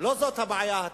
לא זאת הבעיה.